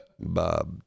Bob